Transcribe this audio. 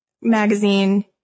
Magazine